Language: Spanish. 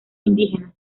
indígenas